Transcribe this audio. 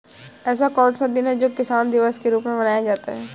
ऐसा कौन सा दिन है जो किसान दिवस के रूप में मनाया जाता है?